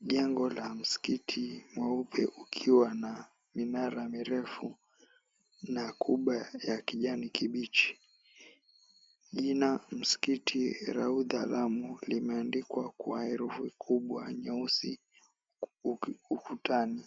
Jengo la msikiti mweupe ukiwa na minara mirefu na kubwa ya kijani kibichi. Jina msikiti la Udha limeandikwa kwa herufi kubwa nyeusi ukutani.